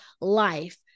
life